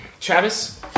Travis